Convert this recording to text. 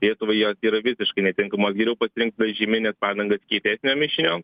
lietuvai jos yra visiškai netinkamos geriau pasirinkt tada žiemines padangas kietesnio mišinio